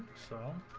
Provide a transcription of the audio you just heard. so